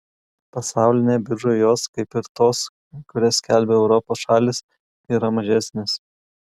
pasaulinėje biržoje jos kaip ir tos kurias skelbia europos šalys yra mažesnės